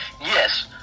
Yes